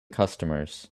customers